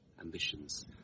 ambitions